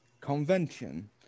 convention